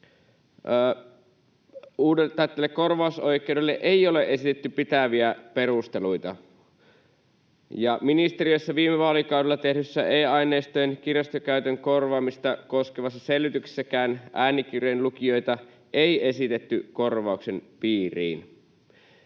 lukijoiden korvausoikeudelle ei ole esitetty pitäviä perusteluita, ja ministeriössä viime vaalikaudella tehdyssä e-aineistojen kirjastokäytön korvaamista koskevassa selvityksessäkään äänikirjojen lukijoita ei esitetty korvauksen piiriin.